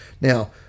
Now